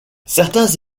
certains